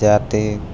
જાતે